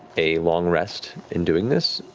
a long rest in doing this,